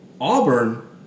Auburn